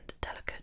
delicate